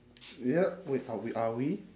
yup wait are we are we